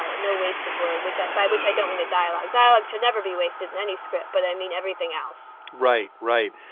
ah no wasted word which i buy, which i don't mean the dialogue. dialogue should never be wasted in any script. but i mean everything else right. right.